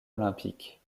olympique